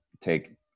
take